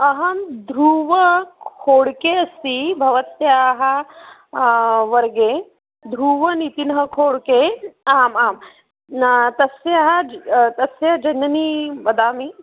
अहं ध्रूव खोड्के अस्ति भवत्याः वर्गे ध्रूवनितिनः खोड्के आम् आं तस्याः तस्य जननीं वदामि